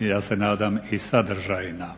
ja se nadam i sadržajna.